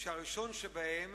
שהראשון שבהם